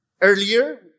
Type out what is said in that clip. earlier